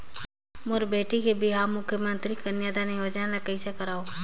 मोर बेटी के बिहाव मुख्यमंतरी कन्यादान योजना ले कइसे करव?